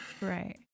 Right